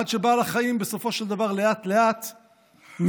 עד שבעל החיים בסופו של דבר לאט-לאט נשלק.